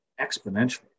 exponentially